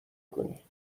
کنی